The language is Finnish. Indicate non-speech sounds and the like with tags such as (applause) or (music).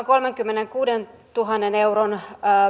(unintelligible) kolmenkymmenenkuudentuhannen euron